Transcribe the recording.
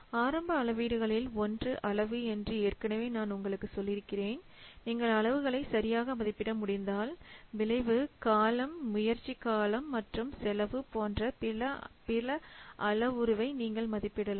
ஆரம்ப அளவீடுகளில் ஒன்று அளவு என்று ஏற்கனவே நான் உங்களுக்குச் சொல்லியிருக்கிறேன் நீங்கள் அளவுகளை சரியாக மதிப்பிட முடிந்தால் விளைவு காலம் முயற்சி காலம் மற்றும் செலவு போன்ற பிற அளவுருவை நீங்கள் மதிப்பிடலாம்